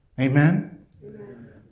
Amen